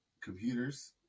computers